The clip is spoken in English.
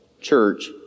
church